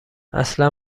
اصلا